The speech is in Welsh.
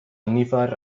nifer